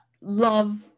love